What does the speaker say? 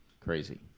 Crazy